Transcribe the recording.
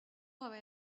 vad